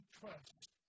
trust